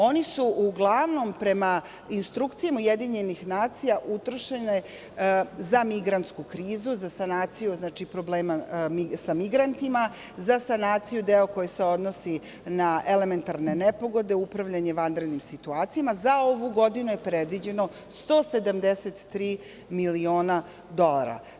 Oni su uglavnom prema instrukcijama UN utrošene za migrantsku krizu, za sanaciju, znači problemi sa migrantima, za sanaciju deo koji se odnosi na elementarne nepogode, upravljanjem vanrednim situacijama, za ovu godinu je predviđeno 173 miliona dolara.